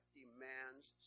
demands